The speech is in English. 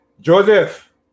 Joseph